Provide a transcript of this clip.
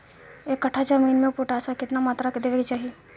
एक कट्ठा जमीन में पोटास के केतना मात्रा देवे के चाही?